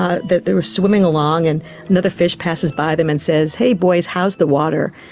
ah that they were swimming along and another fish passes by them and says, hey boys, how's the water?